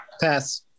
pass